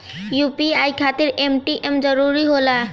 UPI खातिर ATM जरूरी होला?